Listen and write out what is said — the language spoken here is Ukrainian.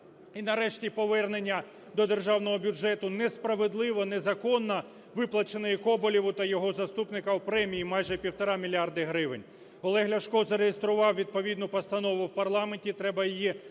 Нарешті повернення до державного бюджету несправедливо, незаконно виплаченоїКоболєву та його заступникам премії майже півтора мільярди гривень. Олег Ляшко зареєстрував відповідну постанову в парламенті. Треба її негайно